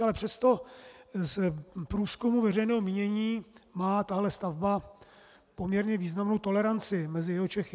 Ale přesto z průzkumů veřejného mínění má tahle stavba poměrně významnou toleranci mezi Jihočechy.